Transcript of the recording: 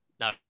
no